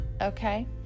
okay